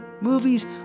Movies